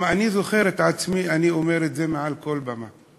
אני זוכר את עצמי, אני אומר את זה מעל כל במה: